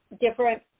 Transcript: different